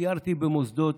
סיירתי במוסדות,